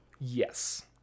yes